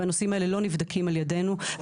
והנושאים האלה לא נבדקים על ידינו,